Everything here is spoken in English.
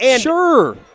Sure